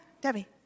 Debbie